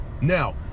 now